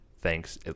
thanks